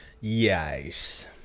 Yes